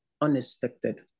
unexpected